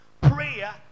Prayer